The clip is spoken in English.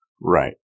Right